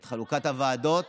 את חלוקת הוועדות